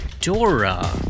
Dora